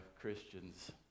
Christians